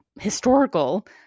historical